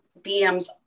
DMS